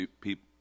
people